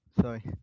sorry